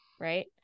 right